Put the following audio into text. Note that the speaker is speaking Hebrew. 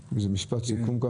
משפט סיכום,